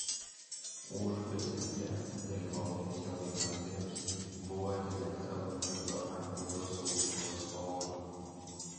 užupio centre dalyvaujant jo gyventojams buvo atidengta užupio angelo skulptūros kolona